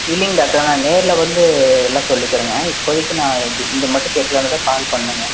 இல்லைங் டாக்டர் நான் நேரில் வந்து எல்லா சொல்லிக்கிறங்க இப்போதிக்கு நான் இது இந்த மட்டும் கேட்கலானு தான் கால் பண்ணங்க